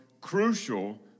crucial